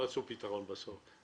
מצאו פתרון בסוף.